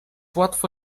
łatwo